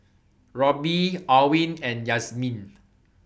Roby Alwine and Yazmin